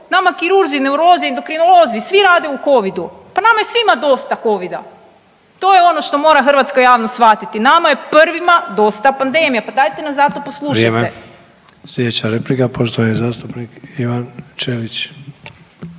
Nama kirurzi, neurolozi, endokrinolozi svi rade u Covidu. Pa nama je svima dosta Covida. To je ono što mora hrvatska javnost shvatiti. Nama je prvima dosta pandemije pa dajte nam zato …/Upadica: Vrijeme./… poslušajte. **Sanader,